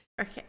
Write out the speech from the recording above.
okay